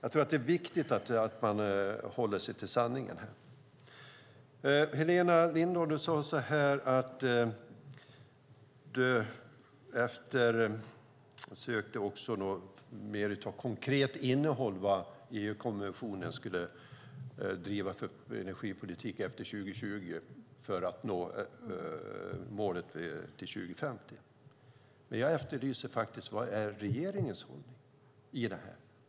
Det är viktigt att hålla sig till sanningen här. Helena Lindahl efterlyste det konkreta innehållet i EU:s energipolitik efter 2020 för att nå målet till 2050. Jag efterlyser regeringens hållning i detta.